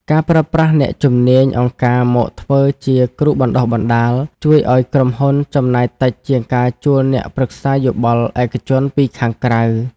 ការប្រើប្រាស់អ្នកជំនាញអង្គការមកធ្វើជាគ្រូបណ្ដុះបណ្ដាល ជួយឱ្យក្រុមហ៊ុនចំណាយតិចជាងការជួលអ្នកប្រឹក្សាយោបល់ឯកជនពីខាងក្រៅ។